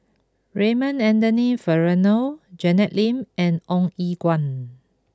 Raymond Anthony Fernando Janet Lim and Ong Eng Guan